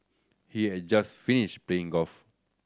he had just finished playing golf